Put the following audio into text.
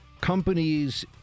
companies